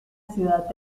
ciudad